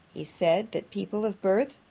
he said, that people of birth